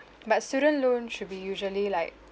but student loan should be usually like